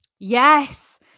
Yes